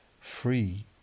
free